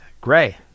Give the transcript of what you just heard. gray